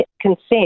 consent